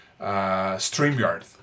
StreamYard